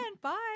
Bye